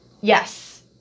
yes